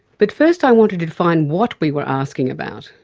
but first i want to define what we were asking about,